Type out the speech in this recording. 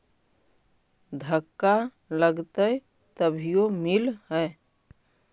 धक्का लगतय तभीयो मिल है?